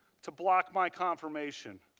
to block my confirmation.